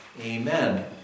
Amen